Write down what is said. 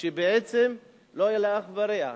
שבעצם לא היה לה אח ורע.